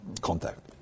contact